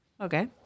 Okay